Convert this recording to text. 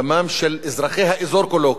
דמם של אזרחי האזור כולו,